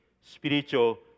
spiritual